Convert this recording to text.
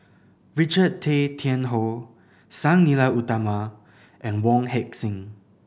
Richard Tay Tian Hoe Sang Nila Utama and Wong Heck Sing